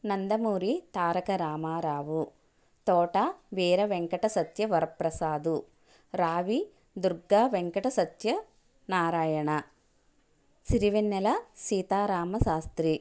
Nandamuri Taraka Rama Rao Thota Veeravenkata Satya Varaprasad Ravi Durga Venkata Satya Narayana Sirivennela Seetharama Sastry